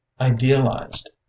idealized